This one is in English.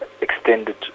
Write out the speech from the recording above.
extended